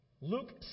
Luke